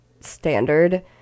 standard